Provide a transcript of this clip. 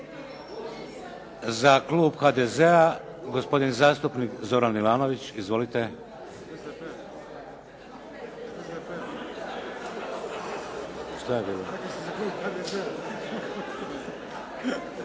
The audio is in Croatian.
Za klub HDZ-a, gospodin zastupnik Zoran Milanović. Izvolite. Šta je bilo? Dakle, vrlo brzo je kolega